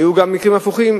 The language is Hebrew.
היו גם מקרים הפוכים,